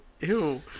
Ew